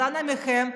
אז אנא מכם,